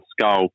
skull